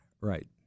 Right